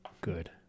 Good